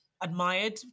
admired